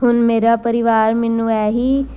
ਹੁਣ ਮੇਰਾ ਪਰਿਵਾਰ ਮੈਨੂੰ ਇਹੀ